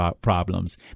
problems